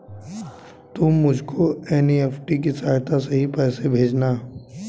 तुम मुझको एन.ई.एफ.टी की सहायता से ही पैसे भेजना